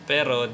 Pero